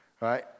right